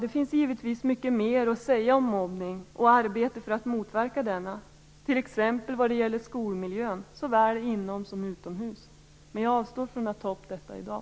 Det finns givetvis mycket mer att säga om mobbning och arbete för att motverka denna, t.ex. vad gäller skolmiljön såväl inomhus som utomhus, men jag avstår från att ta upp detta i dag.